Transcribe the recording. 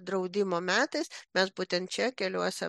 draudimo metas vėl būtent čia keliuose